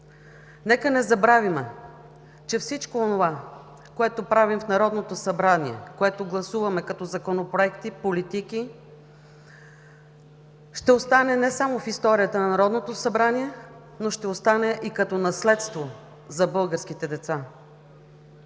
Нека не забравяме, че всичко онова, което правим в Народното събрание, което гласуваме като законопроекти, политики, ще остане не само в историята на Народното събрание, но ще остане и като наследство за българските деца.